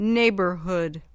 neighborhood